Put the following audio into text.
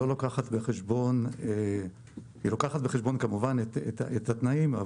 לוקחת בחשבון את התנאים,